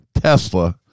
Tesla